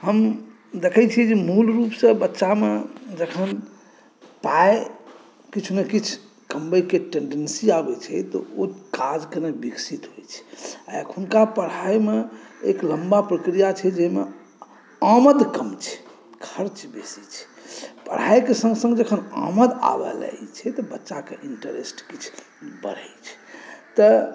हम देखैत छियै जे मूलरूपसँ बच्चामे जखन पाइ किछु ने किछु कमबैक टेंडेंसी आबैत छै तऽ ओ काज कनी विकसित होइत छै आ एखनुका पढ़ाइमे एक लम्बा प्रक्रिया छै जाहिमे आमद कम छै खर्च बेसी छै पढ़ाइक सङ्ग सङ्ग जखन आमद आबय लगैत छै तऽ बच्चाके इंटरेस्ट किछु बढ़ैत छै तऽ